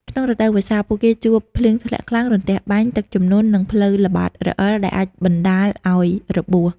ក្នុងរដូវវស្សា ពួកគេជួប ភ្លៀងធ្លាក់ខ្លាំង រន្ទះបាញ់ ទឹកជំនន់ និងផ្លូវល្បាតរអិល ដែលអាចបណ្ដាលឲ្យរបួស។